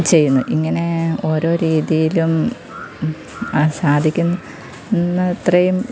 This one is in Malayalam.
ചെയ്യുന്നു ഇങ്ങനെ ഓരോ രീതിയിലും സാധിക്കുന്നത്രയും